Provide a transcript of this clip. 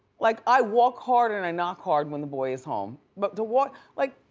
like, i walk hard and i knock hard when the boy is home. but to walk, like,